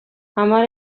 hamar